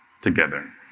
Together